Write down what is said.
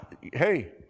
hey